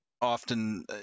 often